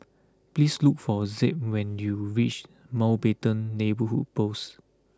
please look for Zeb when you reach Mountbatten Neighbourhood Post